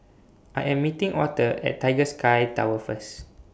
I Am meeting Authur At Tiger Sky Tower First